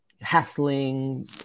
hassling